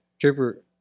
Trooper